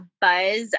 buzz